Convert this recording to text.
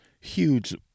huge